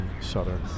southern